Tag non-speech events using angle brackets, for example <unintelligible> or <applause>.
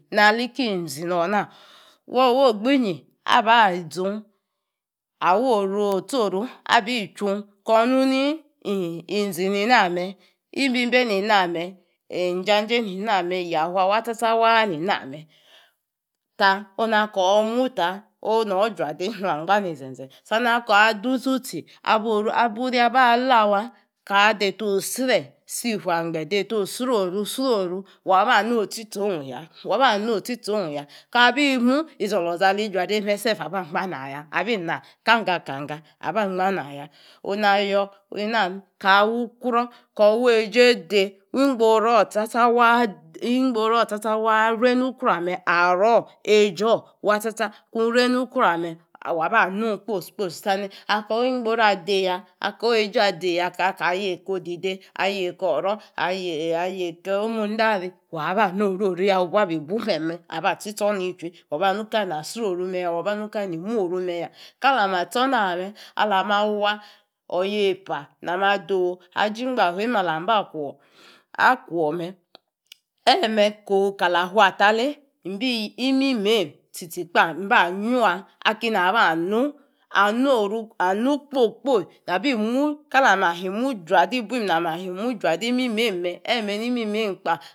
Na lii kii nzi nor na wa woo ogbinyi abi zung wa woro otsoru abi chung kor nu ni inzi nina me imbim beni na me injajei ni na me tankoor mue ta onor jua dei nung angba ininze zeme sa ni ya aka duu tsiisti abau ria aba lawa kaa deita osre si fangbe dotoo sro ru sroru wa ba noo tsi tsong ya waba noo tsi tsong ya kaa bi muu izi oloza ali ju adei me kpa abangba nang yaa ibi na kpana kpana abangba nang ya onu nayo yoor ona ha aka wu kruor weijei dei wu ingbo ru wa cha cha wa wungbo ruo cha cha waa rei ni kruor me aroo eijoor wa chcha waa kun rei nu kruor ame awo aba kung kpos kpos sa ni akkoh awingborou adeiya aka weichua dei ya kaka yei ko odidei ka ka yei kor oro ayie kor ayei ko omu indari wa ba noo oro ri ya waba bi bu meme aba tsi tsor nichui wa ba ni ka leni asroru me ya wa ba ni kaleini muoru me ya kala matso na me na ma waa oyei pa na ma doo aji ingbahaim alam ba kwor me eme kofu kala fu ta lei imbi imimeim tsi tsi kpa imba gua aba nuu a noru anu kpoi kpoi. Abi mu kali ami imu jua di bum imu jua di imimei me meme ni mi meim kpa <unintelligible>